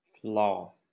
Flaw